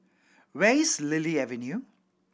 where is Lily Avenue